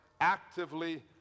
actively